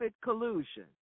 collusion